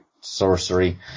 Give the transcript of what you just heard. Sorcery